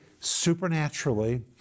supernaturally